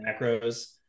macros